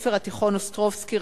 מבית-הספר התיכון "אוסטרובסקי",